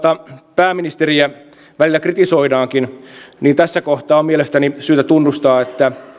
pääministeriä välillä kritisoidaankin niin tässä kohtaa on mielestäni syytä tunnustaa että